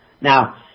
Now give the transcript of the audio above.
Now